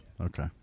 Okay